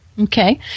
Okay